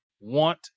want